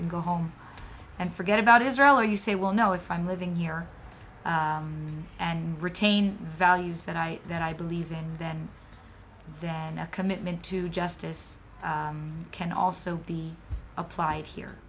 and go home and forget about israel or you say well no if i'm living here and retain values then i then i believe in that and a commitment to justice can also be applied here